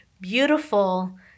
beautiful